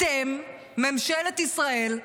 אתם, ממשלת ישראל,